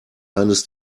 eines